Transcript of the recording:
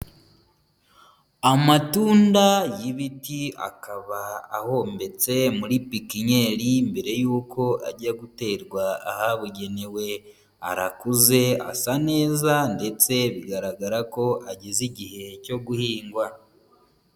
Amatunda y'ibiti akaba ahombetse muri pipinyeri mbere y'uko ajya guterwa ahabugenewe, arakuze asa neza ndetse bigaragara ko ageze igihe cyo guhingwa.